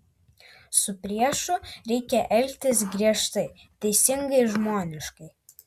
su priešu reikia elgtis griežtai teisingai žmoniškai